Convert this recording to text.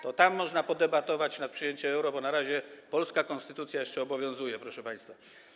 To tam można podebatować nad przyjęciem euro, bo na razie polska konstytucja obowiązuje, proszę państwa.